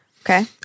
Okay